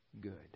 good